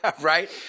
Right